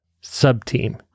sub-team